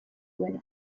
duena